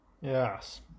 yes